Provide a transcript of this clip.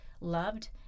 loved